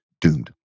doomed